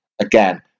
again